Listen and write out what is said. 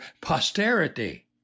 posterity